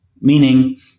Meaning